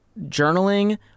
journaling